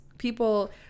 people